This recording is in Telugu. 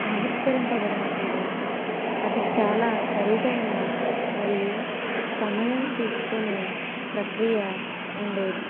ఆవిష్కరింపబడినప్పుడు అది చాలా ఖరీదైన మరియు సమయం తీసుకునే ప్రక్రియ ఉండేది